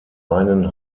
einen